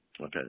Okay